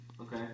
Okay